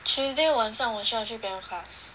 tuesday 晚上我需要去 piano class